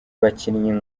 bakinnyi